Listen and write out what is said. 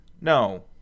No